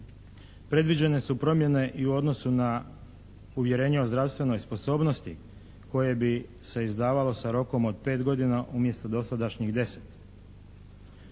Predviđene su promjene i u odnosu na uvjerenje o zdravstvenoj sposobnosti koje bi se izdavalo sa rokom od 5 godina umjesto dosadašnjih 10.